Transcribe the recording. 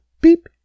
Beep